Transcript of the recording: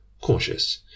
cautious